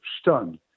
stunned